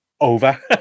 over